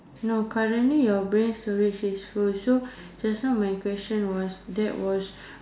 no currently your brain storage is full so just now my question was that was